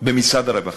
במשרד הרווחה,